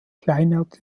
kleinert